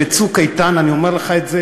ב"צוק איתן" אני אומר לך את זה,